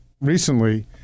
recently